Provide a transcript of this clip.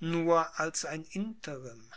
nur als ein interim